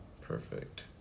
Perfect